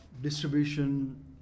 distribution